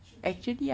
cheap cheap